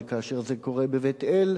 אבל כאשר זה קורה בבית-אל,